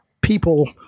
people